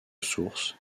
source